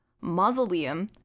mausoleum